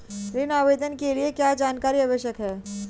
ऋण आवेदन के लिए क्या जानकारी आवश्यक है?